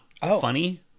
funny